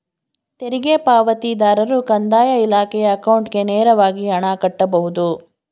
ತೆರಿಗೆ ಪಾವತಿದಾರರು ಕಂದಾಯ ಇಲಾಖೆಯ ಅಕೌಂಟ್ಗೆ ನೇರವಾಗಿ ಹಣ ಕಟ್ಟಬಹುದು